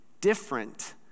different